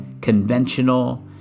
conventional